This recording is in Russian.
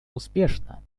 успешно